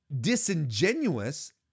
disingenuous